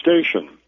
station